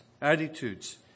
attitudes